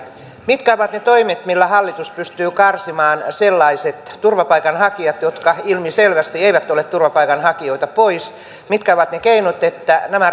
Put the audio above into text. mitkä ovat ne toimet millä hallitus pystyy karsimaan pois sellaiset turvapaikanhakijat jotka ilmiselvästi eivät ole turvapaikanhakijoita mitkä ovat ne keinot että nämä